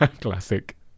Classic